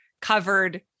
covered